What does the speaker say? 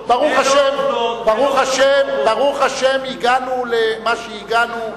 ברוך השם הגענו למה שהגענו,